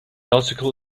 article